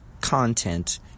content